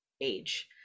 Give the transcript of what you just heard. age